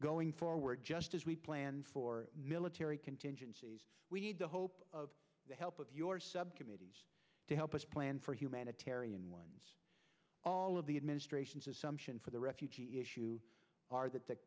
going forward just as we planned for military contingencies we need to hope the help of your subcommittee to help us plan for humanitarian ones all of the administration's assumption for the refugee issue are th